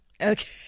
Okay